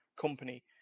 company